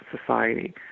society